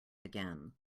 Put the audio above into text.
again